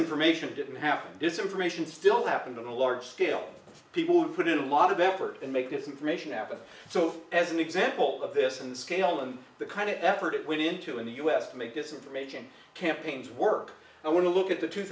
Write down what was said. disinformation didn't happen this information still happened on a large scale people who put in a lot of effort and make this information happen so as an example of this and the scale and the kind of effort it went into in the us to make this information campaigns work i want to look at the two